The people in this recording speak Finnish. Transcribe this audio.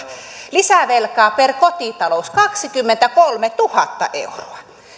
lisävelkaa per kotitalous kaksikymmentäkolmetuhatta euroa